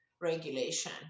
regulation